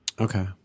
Okay